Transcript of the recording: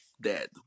dead